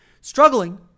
Struggling